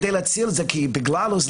כדי להציל את זה,